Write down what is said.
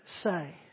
Say